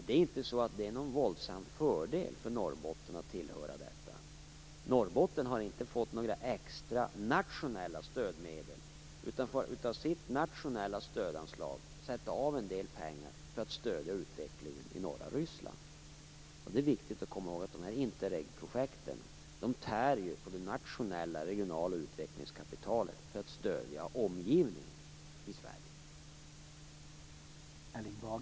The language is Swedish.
Det är inte någon våldsam fördel för Norrbotten att tillhöra det projektet. Norrbotten har inte fått några extra nationella stödmedel utan får sätta av en del pengar av sitt nationella stödanslag för att stödja utvecklingen i norra Ryssland. Det är viktigt att komma ihåg att de interregionala projekten tär på det nationella regionala utvecklingskapitalet för att man skall stödja Sveriges omgivning.